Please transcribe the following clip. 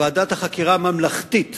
ועדת החקירה הממלכתית